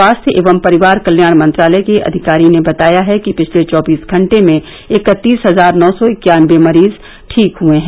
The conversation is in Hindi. स्वास्थ्य एवं परिवार कल्याण मंत्रालय के अधिकारी ने बताया है कि पिछले चौबीस घंटे में इकत्तीस हजार नौ सौ इक्यानबे मरीज ठीक हुए हैं